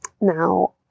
Now